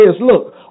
look